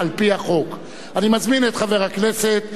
אני מזמין את ראש האופוזיציה,